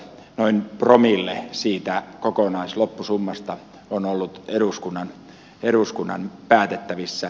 noin promille siitä kokonaisloppusummasta on ollut eduskunnan päätettävissä